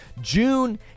June